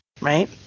right